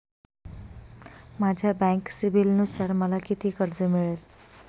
माझ्या बँक सिबिलनुसार मला किती कर्ज मिळेल?